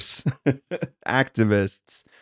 activists